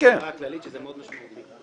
בספירה הכללית שזה מאוד משמעותי.